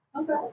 Okay